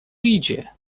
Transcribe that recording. idzie